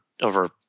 over